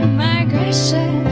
migration